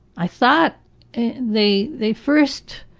i thought they they first